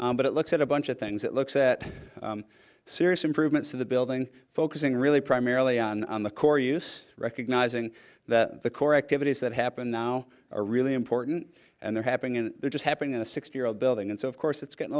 here but it looks at a bunch of things that looks at serious improvements of the building focusing really primarily on the core use recognizing that the core activities that happen now are really important and they're happening and they're just happening in a six year old building and so of course it's getting a